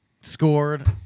scored